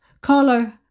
Carlo